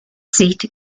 seat